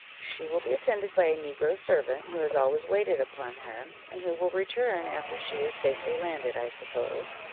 she will be attended by a negro servant, who has always waited upon her and who will return after she is safely landed, i suppose.